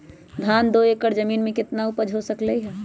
धान दो एकर जमीन में कितना उपज हो सकलेय ह?